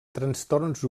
trastorns